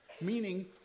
meaning